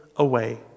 away